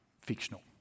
Fictional